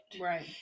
right